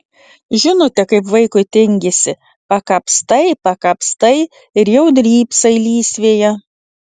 žinote kaip vaikui tingisi pakapstai pakapstai ir jau drybsai lysvėje